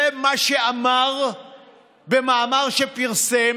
זה מה שאמר במאמר שפרסם